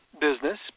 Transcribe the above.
business